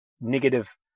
negative